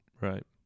right